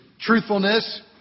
truthfulness